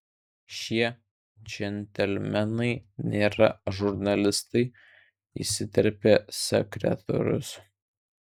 šie džentelmenai nėra žurnalistai įsiterpė sekretorius